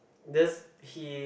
this he